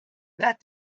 that